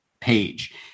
page